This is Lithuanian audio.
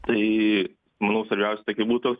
tai manau svarbiausi tokie būtų